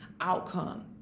outcome